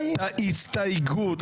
את ההסתייגות --- הורדת את הסעיף?